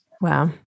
Wow